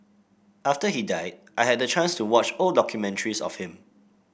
after he died I had the chance to watch old documentaries of him